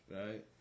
right